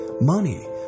money